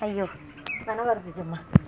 ಅಯ್ಯೋ ನನ ಬರ್ಪುಜಮ್ಮ